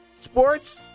sports